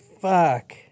Fuck